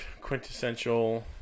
quintessential